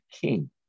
king